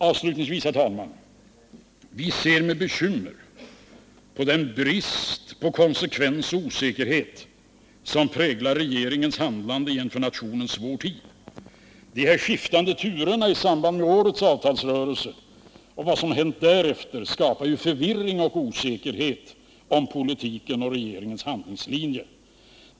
Avslutningsvis, herr talman: Vi ser med bekymmer på den brist på konsekvens och på den osäkerhet som präglar regeringens handlande i en för nationen svår tid. De skiftande turerna i samband med årets avtalsrörelse och vad som hänt därefter skapar förvirring och osäkerhet om politiken och om regeringens handlingslinje.